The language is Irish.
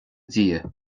dia